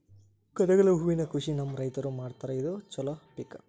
ಕನಗಲ ಹೂವಿನ ಕೃಷಿ ನಮ್ಮ ರೈತರು ಮಾಡತಾರ ಇದು ಚಲೋ ಪಿಕ